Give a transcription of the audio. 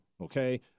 okay